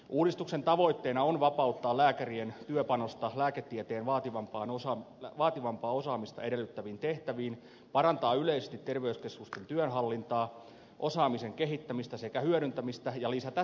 uudistuksen tavoitteena on vapauttaa lääkärien työpanosta lääketieteen vaativampaa osaamista edellyttäviin tehtäviin parantaa yleisesti terveyskeskusten työnhallintaa osaamisen kehittämistä sekä hyödyntämistä ja lisätä terveyskeskustyön houkuttelevuutta